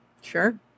Sure